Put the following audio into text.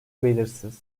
belirsiz